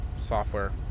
software